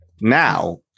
Now